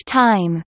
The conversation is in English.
time